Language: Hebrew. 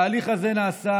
התהליך הזה נעשה